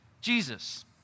Jesus